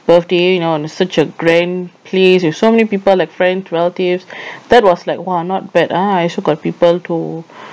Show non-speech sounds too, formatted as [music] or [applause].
birthday you know on such a grand place with so many people like friends relatives [breath] that was like !wah! not bad ah I also got people to